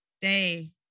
day